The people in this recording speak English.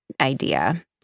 idea